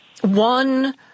one